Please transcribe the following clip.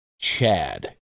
Chad